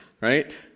Right